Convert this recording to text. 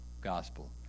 gospel